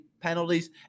penalties